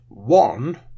One